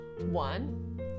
One